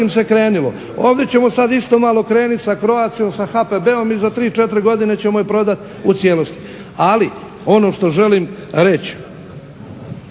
Ovdje ćemo sad isto malo krenuti sa Croatiom, sa HPB-om i za 3, 4 godine ćemo je prodati u cijelosti. Ali, ono što želim reći